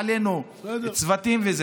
של הזרמת שפכים לים, שם הם פשוט הולכים בגרביטציה